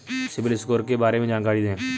CIBIL score के बारे में जानकारी दें?